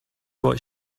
what